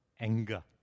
anger